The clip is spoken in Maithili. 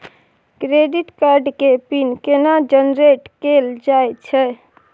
क्रेडिट कार्ड के पिन केना जनरेट कैल जाए छै?